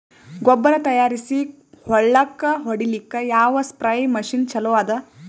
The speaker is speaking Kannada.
ಗೊಬ್ಬರ ತಯಾರಿಸಿ ಹೊಳ್ಳಕ ಹೊಡೇಲ್ಲಿಕ ಯಾವ ಸ್ಪ್ರಯ್ ಮಷಿನ್ ಚಲೋ ಅದ?